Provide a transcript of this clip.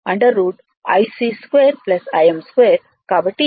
కాబట్టి ఇది 1